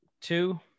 Two